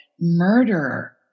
murderer